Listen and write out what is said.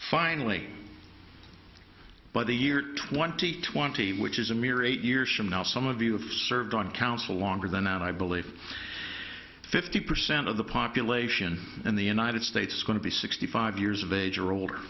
finally by the year twenty twenty which is a mere eight years from now some of you have served on council longer than i believe fifty percent of the population in the united states is going to be sixty five years of age or older